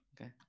Okay